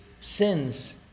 sins